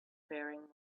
faring